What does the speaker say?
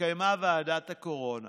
התקיימה ועדת הקורונה.